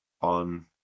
on